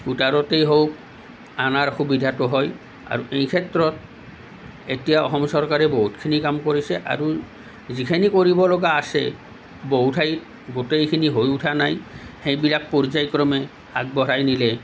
স্কুটাৰতেই হওক আনাৰ সুবিধাটো হয় আৰু এই ক্ষেত্ৰত এতিয়া অসম চৰকাৰে বহুতখিনি কাম কৰিছে আৰু যিখিনি কৰিব লগা আছে বহু ঠাইত গোটেইখিনি হৈ উঠা নাই সেইবিলাক পৰ্যায়ক্ৰমে আগবঢ়াই নিলে